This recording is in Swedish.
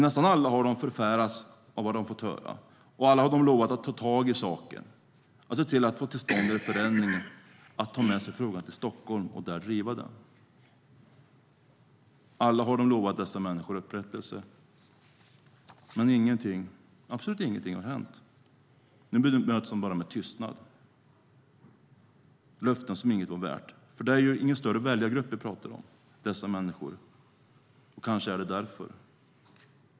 Nästan alla har de förfärats av det de har fått höra, och alla har lovat att ta tag i saken, att se till att få till stånd en förändring och att ta med sig frågan till Stockholm och där driva den. Alla har de lovat dessa människor upprättelse. Men absolut ingenting har hänt. Nu bemöts de bara med tystnad. Det var löften som inget var värt. De människor som vi talar om utgör ju ingen större väljargrupp. Kanske är det därför.